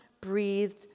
breathed